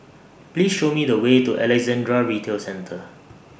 Please Show Me The Way to Alexandra Retail Centre